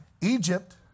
Egypt